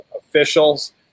officials